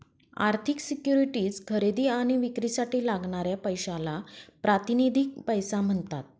आर्थिक सिक्युरिटीज खरेदी आणि विक्रीसाठी लागणाऱ्या पैशाला प्रातिनिधिक पैसा म्हणतात